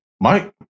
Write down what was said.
mike